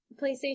PlayStation